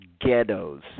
ghettos